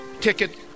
ticket